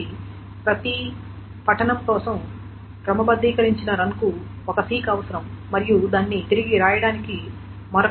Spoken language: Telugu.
కాబట్టి ప్రతి పఠనం కోసం క్రమబద్ధీకరించబడిన రన్ కు ఒక సీక్ అవసరం మరియు దానిని తిరిగి వ్రాయడానికి మరొక సీక్ అవసరం